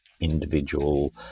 individual